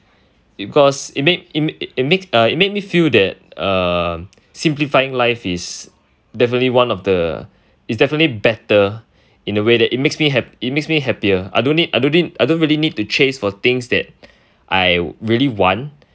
because it make it ma~ it makes uh it makes me feel that um simplifying life is definitely one of the is definitely better in a way that it makes me hap~ it makes me happier I don't need I don't need I don't really need to chase for things that I really want